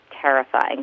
terrifying